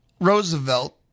Roosevelt